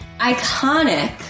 iconic